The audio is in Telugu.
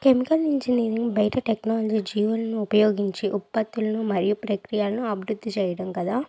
కెమికల్ ఇంజనీరింగ్ బయట టెక్నాలజీ జీవోలను ఉపయోగించి ఉత్పత్తులను మరియు ప్రక్రియలను అభివృద్ధి చేయడం కదా